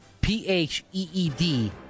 P-H-E-E-D